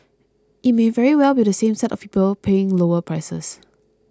it may very well be the same set of people paying lower prices